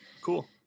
Cool